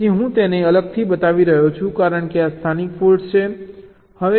તેથી હું તેને અલગથી બતાવી રહ્યો છું કારણ કે આ સ્થાનિક ફોલ્ટ્સ છે